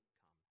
come